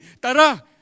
Tara